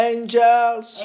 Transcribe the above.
Angels